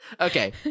Okay